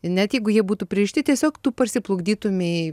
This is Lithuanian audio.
net jeigu jie būtų pririšti tiesiog tu parsiplukdytumei